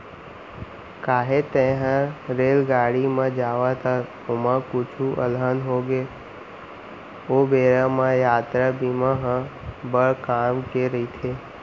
काहे तैंहर रेलगाड़ी म जावत हस, ओमा कुछु अलहन होगे ओ बेरा म यातरा बीमा ह बड़ काम के रइथे